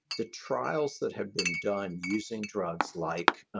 the trials that have been done using drugs like